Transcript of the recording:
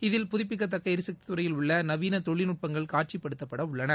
இதில் புதுப்பிக்கத்தக்க எரிசக்தி துறையில் உள்ள நவீன தொழில்நுட்பங்கள் காட்சிப்படுத்தப்பட உள்ளன